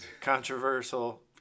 controversial